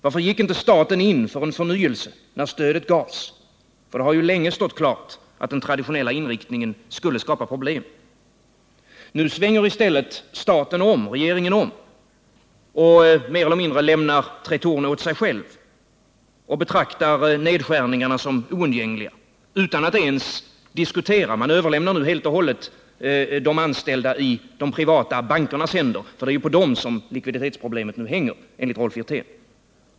Varför gick inte staten in för en förnyelse när stödet gavs? Det har ju länge stått klart att den traditionella inriktningen skulle skapa problem. Nu svänger i stället regeringen om och lämnar Tretorn mer eller mindre åt sig självt och betraktar nedskärningarna som oundgängliga utan att ens diskutera dem. Man överlämnar de anställda helt och hållet i de privata bankernas händer, för det är på dem likviditetsproblemet nu hänger enligt Rolf Wirtén.